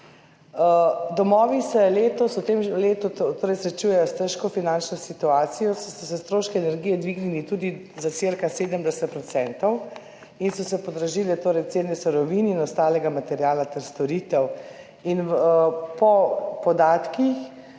Domovi se letos srečujejo s težko finančno situacijo, saj so se stroški energije dvignili tudi za cirka 70 %, podražile so se cene surovin in ostalega materiala ter storitev. Po podatkih